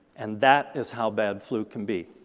and that is how bad flu can be.